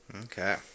Okay